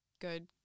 good